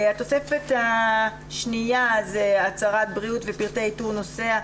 התוספת השנייה היא הצהרת בריאות ופרטי איתור נוסע.